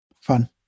fun